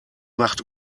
macht